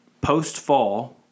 post-fall